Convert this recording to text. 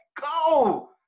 go